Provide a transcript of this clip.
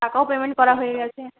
টাকাও পেমেন্ট করা হয়ে গেছে